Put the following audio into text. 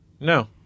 No